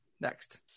next